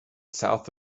south